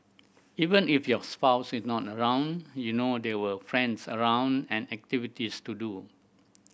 even if your spouse is not around you know there were friends around and activities to do